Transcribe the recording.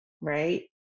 right